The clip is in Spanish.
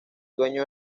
dueño